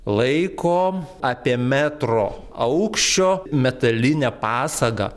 laiko apie metro aukščio metalinę pasagą